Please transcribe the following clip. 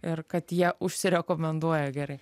ir kad jie užsirekomenduoja gerai